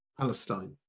Palestine